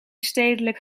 stedelijk